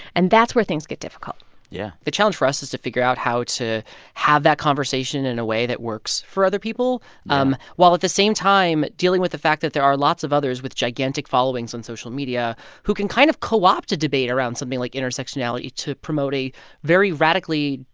and that's where things get difficult yeah the challenge for us is to figure out how to have that conversation in a way that works for other people um while, at the same time, dealing with the fact that there are lots of others with gigantic followings on social media who can kind of co-opt a debate around something like intersectionality to promote a very radically,